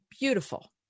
Beautiful